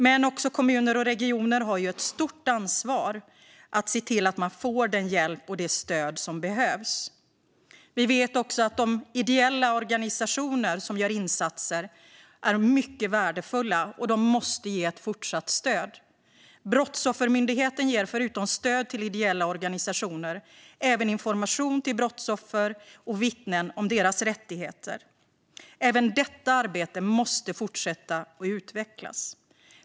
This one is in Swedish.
Men även kommuner och regioner har ett stort ansvar att se till att människor får den hjälp och det stöd som behövs. Vi vet också att de ideella organisationer som gör insatser är mycket värdefulla och måste ges ett fortsatt stöd. Brottsoffermyndigheten ger förutom stöd till ideella organisationer även information till brottsoffer och vittnen om deras rättigheter. Också detta arbete måste fortsätta och utvecklas.